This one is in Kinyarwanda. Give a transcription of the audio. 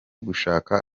gushaka